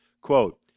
quote